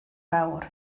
fawr